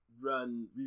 run